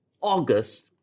August